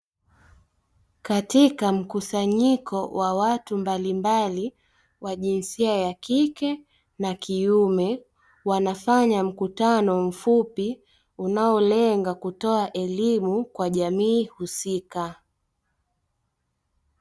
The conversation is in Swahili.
Katika mkusanyiko wa watu mbalimbali wa jinsia ya kike na kiume, wanafanya mkutano mfupi unaolenga kutoa elimu kwa jamii husika.